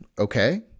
okay